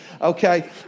okay